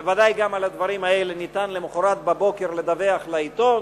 בוודאי גם על הדברים האלה ניתן למחרת בבוקר לדווח לעיתון